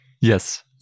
Yes